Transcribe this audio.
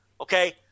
Okay